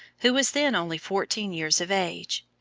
who was then only fourteen years of age.